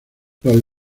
los